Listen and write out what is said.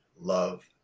love